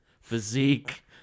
physique